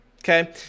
Okay